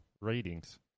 ratings